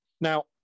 Now